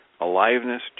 aliveness